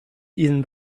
ihnen